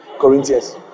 Corinthians